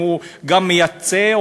אם הוא גם מייצא,